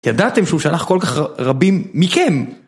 ידעתם שהוא שלח כל כך רבים מכם!